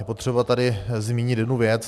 Je potřeba tady zmínit jednu věc.